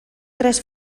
tres